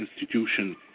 institution